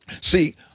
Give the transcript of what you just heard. See